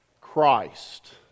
Christ